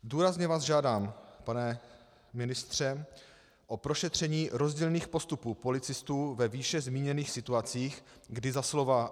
Důrazně vás žádám, pane ministře, o prošetření rozdílných postupů policistů ve výše zmíněných situacích, kdy za slova